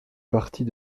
partie